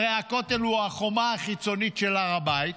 הרי הכותל הוא החומה החיצונית של הר הבית,